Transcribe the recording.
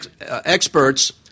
experts